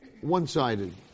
one-sided